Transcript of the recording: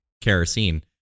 kerosene